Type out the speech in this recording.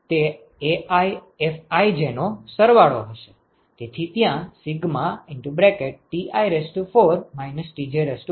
તેથી તે AiFij નો સરવાળો હશે તેથી ત્યા Ti4 Tj4 હશે